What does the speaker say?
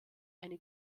eine